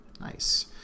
Nice